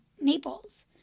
Naples